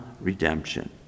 redemption